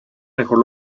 mejor